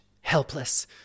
helpless